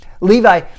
Levi